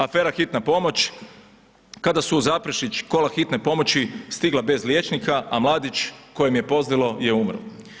Afera hitna pomoć Kada su u Zaprešić kola hitne pomoći stigla bez liječnika, a mladić kojem je pozlilo je umro.